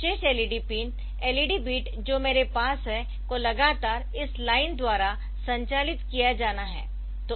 अब यह विशेष LED पिन LED बिट जो मेरे पास है को लगातार इस लाइन द्वारा संचालित किया जाना है